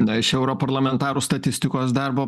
na iš europarlamentarų statistikos darbo